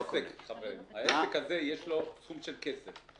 בעסק הזה יש סכום של כסף.